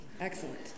Excellent